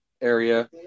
area